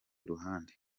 ruhande